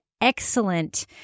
excellent